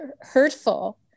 hurtful